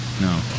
no